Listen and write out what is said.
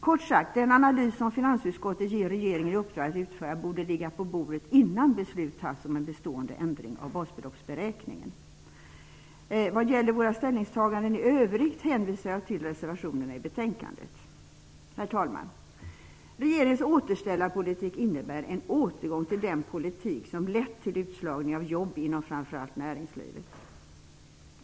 Kort sagt, den analys som finansutskottet ger regeringen i uppdrag att utföra borde ligga på bordet innan beslut tas om en bestående ändring av basbeloppsberäkningen. Vad gäller våra ställningstaganden i övrigt hänvisar jag till reservationerna i betänkandet. Herr talman! Regeringens återställarpolitik innebär en återgång till den politik som ledde till utslagningen av jobb inom framför allt näringslivet.